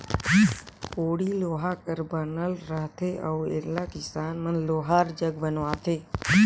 कोड़ी लोहा कर बनल रहथे अउ एला किसान मन लोहार जग बनवाथे